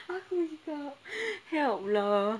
aku hiccup help lah